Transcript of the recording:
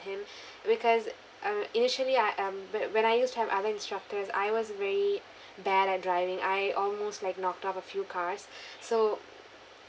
him because uh initially I um wh~ when I used to have other instructors I was very bad at driving I almost like knocked off a few cars so